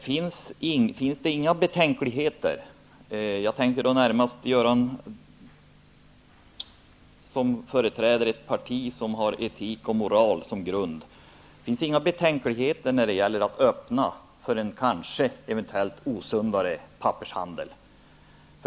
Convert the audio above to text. Finns det inga betänkligheter -- jag tänker närmast på att Göran Hägglund företräder ett parti som har etik och moral som grund -- för att man öppnar för en eventuellt osundare värdepappershandel?